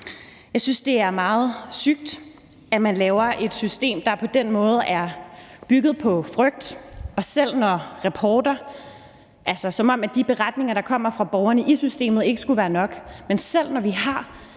Jeg synes, det er meget sygt, at man laver et system, der på den måde er bygget på frygt, og selv når rapporter og evidens – altså, som om de beretninger, der kommer fra borgerne i systemet, ikke skulle være nok – viser, at